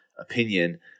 opinion